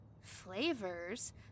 flavors